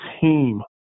team